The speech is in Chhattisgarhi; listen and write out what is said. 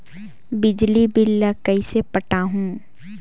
बिजली बिल ल कइसे पटाहूं?